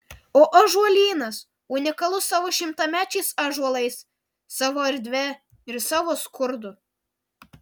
o ąžuolynas unikalus savo šimtamečiais ąžuolais savo erdve ir savo skurdu